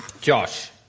Josh